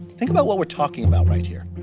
think about what we're talking about right here.